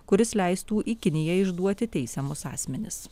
kuris leistų į kiniją išduoti teisiamus asmenis